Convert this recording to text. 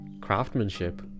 craftsmanship